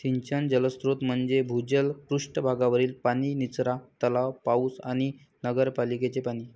सिंचन जलस्रोत म्हणजे भूजल, पृष्ठ भागावरील पाणी, निचरा तलाव, पाऊस आणि नगरपालिकेचे पाणी